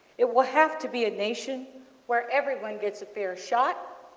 it will have to be a nation where everyone gets a fair shot,